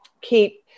keep